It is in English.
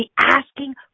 asking